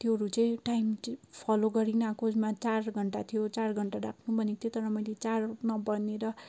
त्योहरू चाहिँ टाइम चाहिँ फलो गरिनँ कोर्समा चार घन्टा थियो चार घन्टा राख्नु भनेको थियो तर मैले चार नभनेर